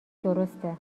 درسته